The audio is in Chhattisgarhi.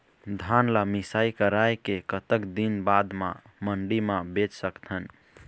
धान ला मिसाई कराए के कतक दिन बाद मा मंडी मा बेच सकथन?